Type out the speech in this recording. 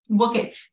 Okay